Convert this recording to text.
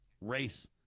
race